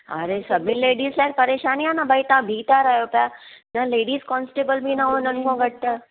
अड़े सभिनि लेडिज लाइ परेशानी आहे न भई तव्हां बीही था रहो पिया त लेडिज कॉन्स्टेबल बि न हो हुननि वटि